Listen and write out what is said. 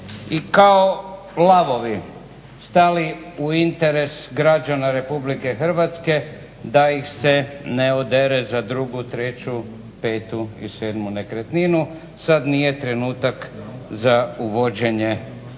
i kao lavovi stali u interes građana RH da ih se ne odere za drugu, treću, petu i sedmu nekretninu, sada nije trenutak za uvođenje toga